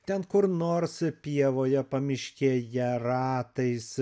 ten kur nors pievoje pamiškėje ratais